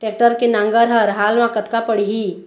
Tractor के नांगर हर हाल मा कतका पड़िही?